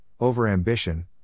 overambition